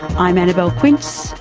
i'm annabelle quince,